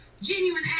Genuine